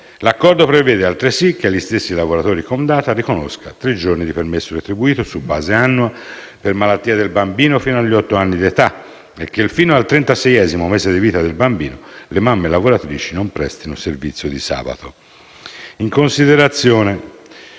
L'accordo prevede, altresì, che agli stessi lavoratori Comdata riconosca tre giorni di permesso retribuito su base annua per malattia del bambino fino agli otto anni di età e che fino al trentaseiesimo mese di vita del bambino le mamme lavoratrici non prestino servizio di sabato. In considerazione